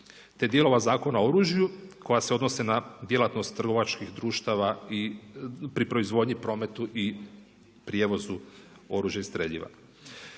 te dijelova Zakona o oružju koja se odnose na djelatnost trgovačkih društava i pri proizvodnji, prometu i prijevozu oružja i streljiva.